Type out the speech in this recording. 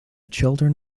children